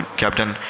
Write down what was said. captain